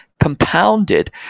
compounded